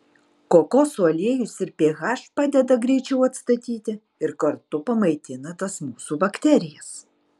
kokosų aliejus ir ph padeda greičiau atstatyti ir kartu pamaitina tas mūsų bakterijas